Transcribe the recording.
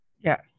Yes